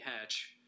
hatch